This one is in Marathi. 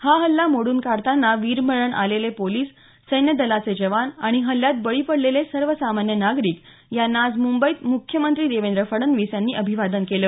हा हल्ला मोडून काढताना वीरमरण आलेले पोलिस सैन्यदलाचे जवान आणि हल्ल्यात बळी पडलेले सर्वसामान्य नागरिक यांना आज मुंबईत मुख्यमंत्री देवेंद्र फडणवीस यांनी अभिवादन केलं